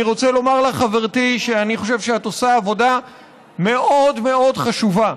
אני רוצה לומר לחברתי: אני חושב שאת עושה עבודה מאוד מאוד חשובה,